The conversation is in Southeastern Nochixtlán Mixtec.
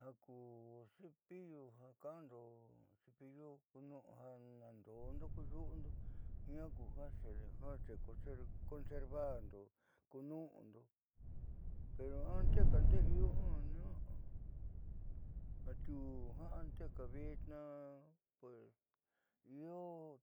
Ja ku cepillu ja ka’andoja daandoondo ku xu'undo jiaa ku ja xede ja xeconservando ku ñu'undo pero anteka ndeé io jiaa ña'a atiuu jiaa anteka vitnaa pues io